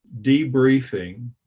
debriefing